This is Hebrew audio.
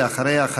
ואחריה,